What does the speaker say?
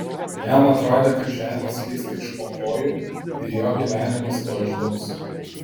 jam atrodė kad žemė slysta iš po kojų ir jo gyvenimas tuoj žlugs